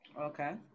Okay